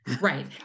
Right